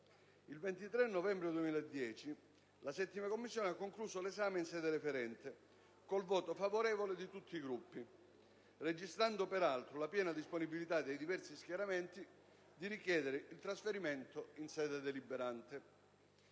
Il 23 novembre 2010, la 7a Commissione ha concluso l'esame in sede referente col voto favorevole di tutti Gruppi, registrando peraltro la piena disponibilità dei diversi schieramenti a richiedere il trasferimento in sede deliberante.